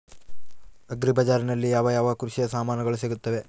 Agri ಬಜಾರಿನಲ್ಲಿ ಯಾವ ಯಾವ ಕೃಷಿಯ ಸಾಮಾನುಗಳು ಸಿಗುತ್ತವೆ?